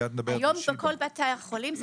בכל בתי החולים כיום.